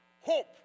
Hope